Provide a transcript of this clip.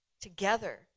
together